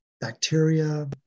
bacteria